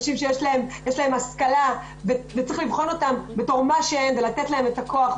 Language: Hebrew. יש להן השכלה וצריך לבחון אותן בתור מה שהן ולתת להן את הכוח.